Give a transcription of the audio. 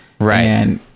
right